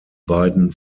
beiden